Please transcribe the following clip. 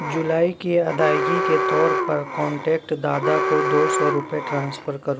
جولائی کی ادائیگی کے طور پر کانٹیکٹ دادا کو دو سو روپے ٹرانسفر کرو